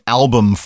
album